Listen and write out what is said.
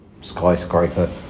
skyscraper